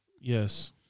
Yes